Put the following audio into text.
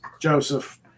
Joseph